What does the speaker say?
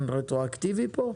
פתרון רטרואקטיבי פה?